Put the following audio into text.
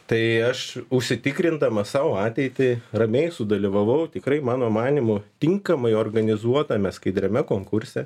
tai aš užsitikrindamas sau ateitį ramiai sudalyvavau tikrai mano manymu tinkamai organizuotame skaidriame konkurse